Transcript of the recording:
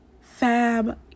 Fab